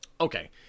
Okay